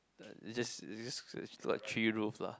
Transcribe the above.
is just is just like three roof lah